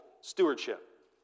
stewardship